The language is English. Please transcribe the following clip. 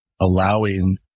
allowing